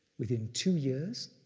within two years,